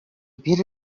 бир